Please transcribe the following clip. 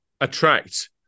attract